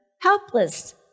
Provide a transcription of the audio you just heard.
helpless